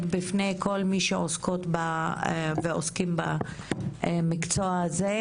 בפני כל מי שעוסקות ועוסקים במקצועות האלה.